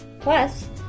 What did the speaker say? Plus